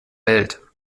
welt